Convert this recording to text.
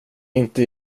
inte